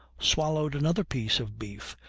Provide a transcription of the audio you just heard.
swallowed another piece of beef,